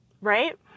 right